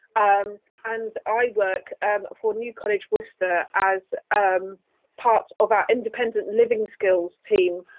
um and i work and for new college, worcester as um part of our independent living skills team.